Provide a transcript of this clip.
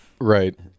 Right